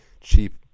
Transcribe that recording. cheap